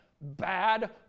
bad